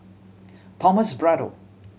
Thomas Braddell